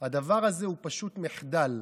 הדבר הזה הוא פשוט מחדל.